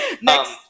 Next